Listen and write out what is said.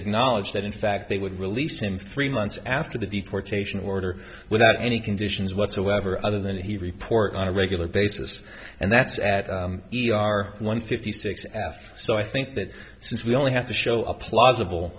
acknowledge that in fact they would release him three months after the deportation order without any conditions whatsoever other than he report on a regular basis and that's at one fifty six f so i think that since we only have to show a